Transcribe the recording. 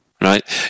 right